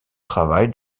travail